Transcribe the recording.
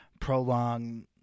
prolong